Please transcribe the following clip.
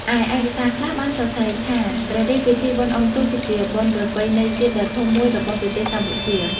ឯ ឯកសារខ្លះបានសរសេរថា ព្រះរាជពិធីបុណ្យអ៊ំុទូក គឺជាបុណ្យប្រពៃណីជាតិដ៏ធំមួយរបស់ប្រទេសកម្ពុជា។